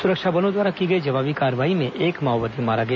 सुरक्षा बलों द्वारा की गई जवाबी कार्रवाई में एक माओवादी मारा गया